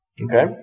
Okay